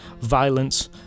violence